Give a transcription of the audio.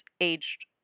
aged